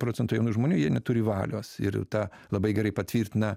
procent jaunų žmonių jie neturi valios ir tą labai gerai patvirtina